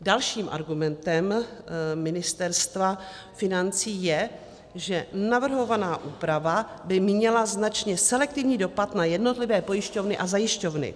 Dalším argumentem Ministerstva financí je, že navrhovaná úprava by měla značně selektivní dopady na jednotlivé pojišťovny a zajišťovny.